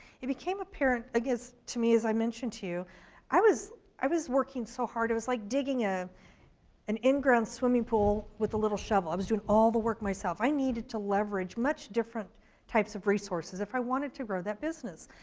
it became apparent i guess to me as i mentioned to you, i was working so hard, it was like digging ah an in ground swimming pool with a little shovel. i was doing all the work myself. i needed to leverage much different types of resources if i wanted to grow that business.